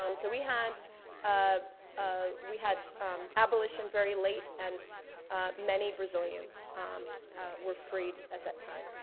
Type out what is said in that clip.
um so we had um ah we had abolition very late and many brazilians were freed at that time.